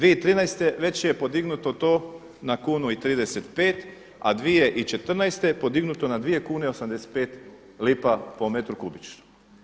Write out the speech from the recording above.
2013. već je podignuto to na kunu i 35, a 2014. podignuto na 2 kune i 85 lipa po metru kubičnom.